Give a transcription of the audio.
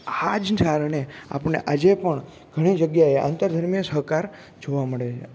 આજ કારણે આપણને આજે પણ ઘણી જગ્યાએ આંતર ધર્મીય સહકાર જોવા મળે છે